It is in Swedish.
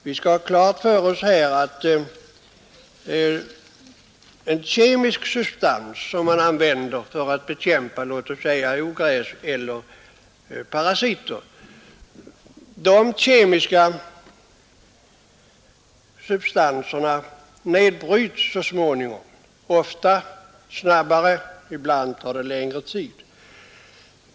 Vi bör ha klart för oss att kemiska substanser som man använder för att bekämpa låt oss säga ogräs eller parasiter nedbryts så småningom — ofta snabbt, men ibland tar det längre tid.